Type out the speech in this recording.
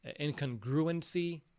incongruency